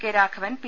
K Raghavan P